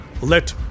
Let